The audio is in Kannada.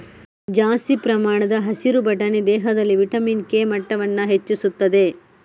ಜಾಸ್ತಿ ಪ್ರಮಾಣದ ಹಸಿರು ಬಟಾಣಿ ದೇಹದಲ್ಲಿ ವಿಟಮಿನ್ ಕೆ ಮಟ್ಟವನ್ನ ಹೆಚ್ಚಿಸ್ತದೆ